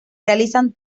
realizan